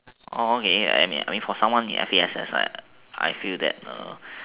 okay I I mean for someone in F_A_S_S right I I feel that the